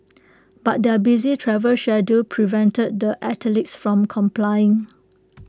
but their busy travel schedule prevented the athletes from complying